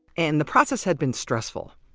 and the process had been stressful.